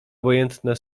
obojętne